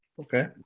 okay